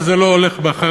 אבל זה לא הולך בחרוז,